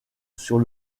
sur